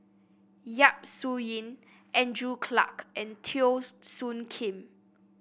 Yap Su Yin Andrew Clarke and Teo Soon Kim